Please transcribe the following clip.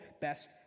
best